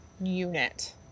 unit